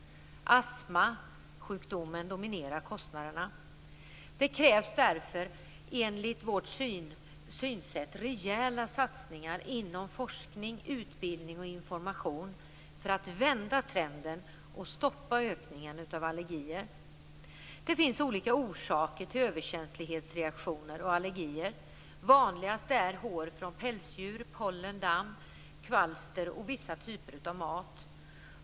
Astmasjukdomen dominerar kostnaderna. Därför krävs det enligt vårt synsätt rejäla satsningar inom forskning, utbildning och information för att vända trenden och stoppa ökningen av allergier. Det finns olika orsaker till överkänslighetsreaktioner och allergier. Vanligast är hår från pälsdjur, pollen, damm, kvalster och vissa typer av mat.